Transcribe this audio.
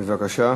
בבקשה.